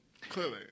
Clearly